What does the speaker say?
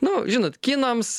nu žinot kinams